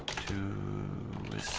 to